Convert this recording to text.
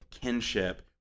kinship